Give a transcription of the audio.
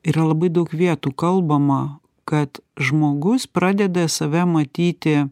yra labai daug vietų kalbama kad žmogus pradeda save matyti